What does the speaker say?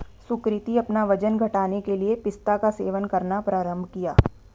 सुकृति अपना वजन घटाने के लिए पिस्ता का सेवन करना प्रारंभ किया